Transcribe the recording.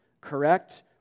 Correct